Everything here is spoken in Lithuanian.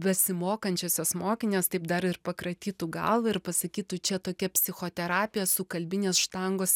besimokančiosios mokinės taip dar ir pakratytų galvą ir pasakytų čia tokia psichoterapija su kalbinės štangos